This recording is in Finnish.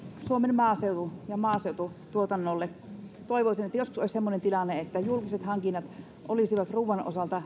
suomen maaseututuotannolle toivoisin että joskus olisi sellainen tilanne että julkiset hankinnat olisivat ruuan osalta